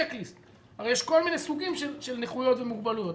הרי יש כל מיני סוגים של נכויות ומוגבלויות.